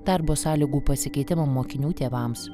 darbo sąlygų pasikeitimo mokinių tėvams